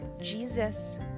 Jesus